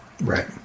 Right